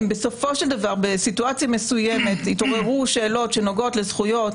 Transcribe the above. אם בסופו של דבר בסיטואציה מסוימת יתעוררו שאלות שנוגעות לזכויות